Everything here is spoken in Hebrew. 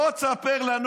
בוא תספר לנו,